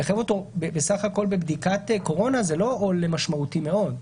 לחייב אותו בסך הכול בבדיקת קורונה זה לא עול משמעותי מאוד.